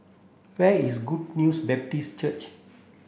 where is Good News Baptist Church